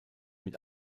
mit